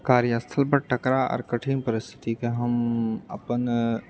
कार्यस्थल पर तकरार आओर कठिन परिस्थितिके हम अपन